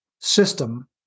system